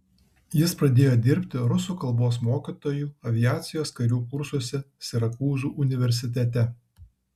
jis pradėjo dirbti rusų kalbos mokytoju aviacijos karių kursuose sirakūzų universitete